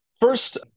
First